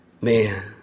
Man